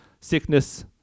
sickness